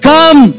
Come